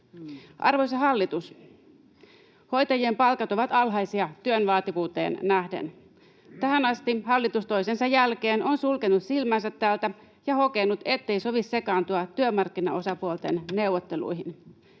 Arvoisa hallitus, hoitajien palkat ovat alhaisia työn vaativuuteen nähden. Tähän asti hallitus toisensa jälkeen on sulkenut silmänsä tältä ja hokenut, ettei sovi sekaantua työmarkkinaosapuolten neuvotteluihin.